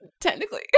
technically